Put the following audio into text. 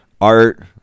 Art